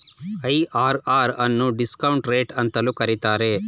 IRR ಅನ್ನು discount rate ಅಂತಲೂ ಕರೀತಾರೆ